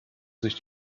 sich